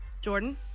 Jordan